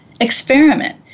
Experiment